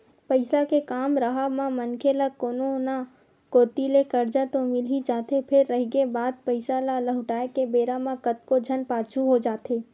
पइसा के काम राहब म मनखे ल कोनो न कोती ले करजा तो मिल ही जाथे फेर रहिगे बात पइसा ल लहुटाय के बेरा म कतको झन पाछू हो जाथे